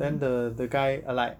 then the the guy alight